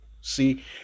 see